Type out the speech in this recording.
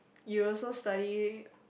you also study